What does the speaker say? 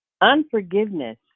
unforgiveness